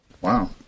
Wow